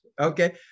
Okay